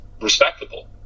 respectable